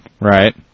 right